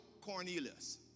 Cornelius